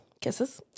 Kisses